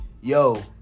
yo